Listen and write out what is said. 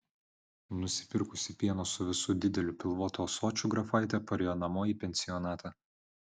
nusipirkusi pieno su visu dideliu pilvotu ąsočiu grafaitė parėjo namo į pensionatą